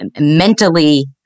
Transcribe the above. mentally